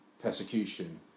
persecution